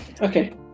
Okay